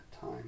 time